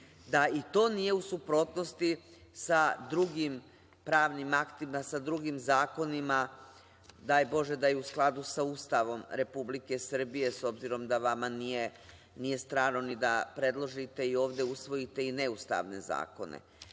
da to nije u suprotnosti sa drugim pravnim aktima, sa drugim zakonima. Daj Bože da je u skladu sa Ustavom Republike Srbije, s obzirom da vama nije strano ni da predložite i ovde usvojite neustavne zakone. Dakle,